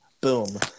Boom